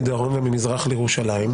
מדרום וממזרח לירושלים,